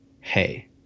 hey